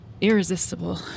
irresistible